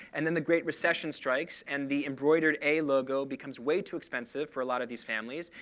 and then the great recession strikes, and the embroidered a logo becomes way too expensive for a lot of these families.